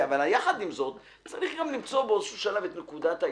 יחד עם זאת, צריך למצוא את נקודת האיזון,